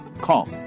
Call